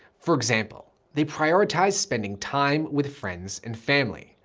for example, they prioritize spending time with friends and family.